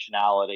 functionality